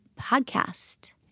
Podcast